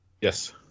Yes